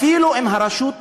אפילו אם הרשות,